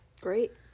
Great